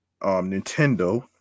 nintendo